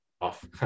off